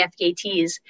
FKTs